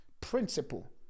Principle